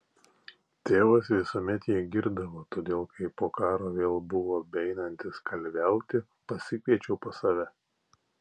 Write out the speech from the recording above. tėvas visuomet jį girdavo todėl kai po karo vėl buvo beeinantis kalviauti pasikviečiau pas save